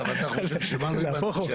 נהפוך הוא.